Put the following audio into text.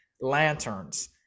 Lanterns